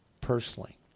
personally